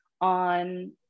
on